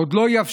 עוד לא יבשה